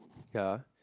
ya